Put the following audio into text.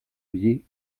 biais